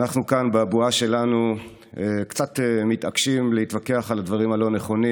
ואנחנו כאן בבועה שלנו קצת מתעקשים להתווכח על הדברים הלא-נכונים.